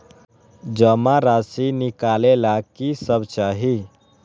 जमा राशि नकालेला कि सब चाहि?